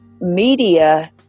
media